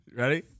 Ready